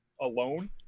alone